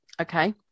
Okay